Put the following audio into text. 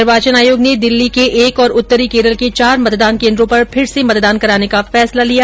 निर्वाचन आयोग ने दिल्ली के एक और उत्तरी केरल के चार मतदान केन्द्रों पर फिर से मतदान कराने का फैसला लिया